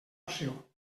opció